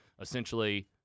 essentially